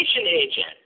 agent